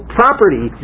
property